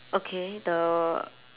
okay the